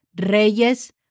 Reyes